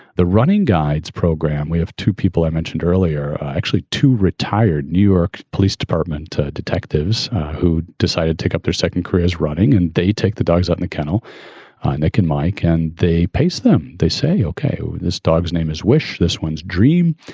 the running guides program, we have two people i mentioned earlier, actually, two retired new york police department detectives who decided to up their second careers running. and they take the dogs on the kennel and they can, mike, and they pace them. they say, ok, this dog's name is wish. this one's dream.